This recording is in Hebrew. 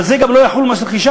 על זה גם לא יחול מס רכישה.